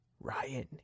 Ryan